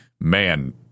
man